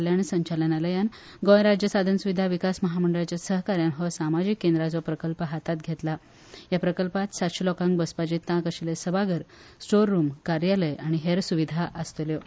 आदिवासी कल्याण संचालनालयान गोंय राज्य साधन सुविधा विकास महामंडळाच्या सहकार्यान हो सामाजीक केंद्राचो प्रकल्प हातांत घेतला आनी ह्या प्रकल्पांत सातशें लोकांक बसपाची तांक आशिल्ले सभाघर स्टोअर रूम कार्यालय आनी हेर सुविधा आसतल्यो